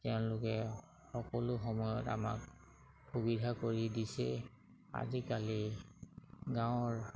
তেওঁলোকে সকলো সময়ত আমাক সুবিধা কৰি দিছে আজিকালি গাঁৱৰ